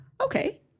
Okay